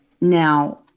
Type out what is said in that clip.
now